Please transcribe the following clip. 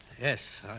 Yes